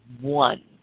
one